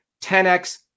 10x